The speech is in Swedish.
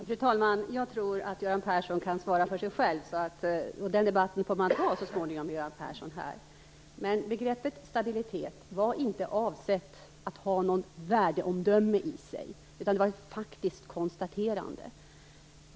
Fru talman! Jag tror att Göran Persson kan svara för sig själv, och den debatten får man ta med honom här så småningom. Begreppet stabilitet var inte avsett att ha något värdeomdöme i sig, utan det var ett faktiskt konstaterande.